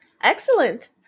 Excellent